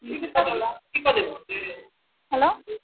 कि कऽ देलहिहँ से हेलो